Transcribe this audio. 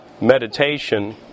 meditation